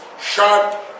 sharp